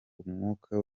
umwuka